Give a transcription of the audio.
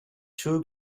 two